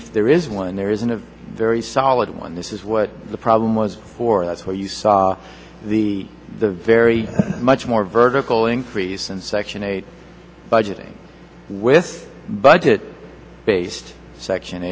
if there is one there isn't a very solid one this is what the problem was that's where you saw the the very much more vertical increase and section eight budget with budget based section